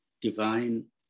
divine